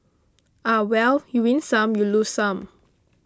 ah well you win some you lose some